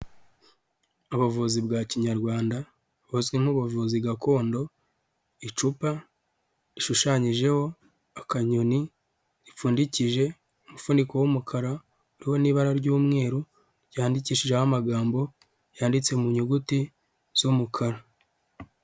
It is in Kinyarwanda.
Ubavuzi bwa kinyarwanda, buzwi nk'ubuvuzi gakondo, icupa rishushanyijeho akanyoni, ripfundikije umufuniko w'umukara uriho n'ibara ry'umweru, ryandikishijeho amagambo yanditse mu nyuguti z'umukara.